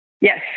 Yes